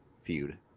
feud